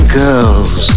girls